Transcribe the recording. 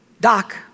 Doc